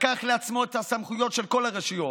לקח לעצמו את הסמכויות של כל הרשויות.